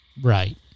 Right